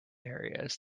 areas